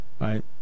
right